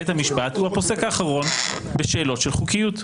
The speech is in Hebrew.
בית המשפט הוא הפוסק האחרון בשאלות של חוקיות.